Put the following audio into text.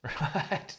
right